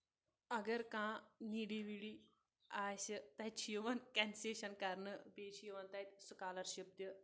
اَگر کانٛہہ نیٖڈی ویٖڈی آسہِ تَتہِ چھ یِوان کنسیشن کرنہٕ بیٚیہِ چھ یِوان تَتہِ سکالرشپ تہِ